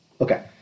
Okay